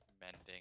mending